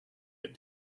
had